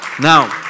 Now